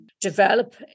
develop